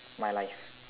my life